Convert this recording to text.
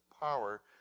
power